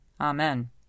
Amen